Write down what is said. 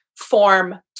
form